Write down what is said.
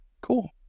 Cool